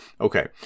Okay